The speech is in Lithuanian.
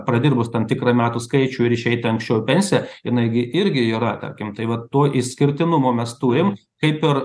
pradirbus tam tikrą metų skaičių ir išeiti anksčiau į pensiją jinai gi irgi yra tarkim tai va to išskirtinumo mes turim kaip ir